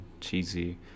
cheesy